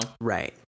Right